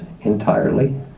entirely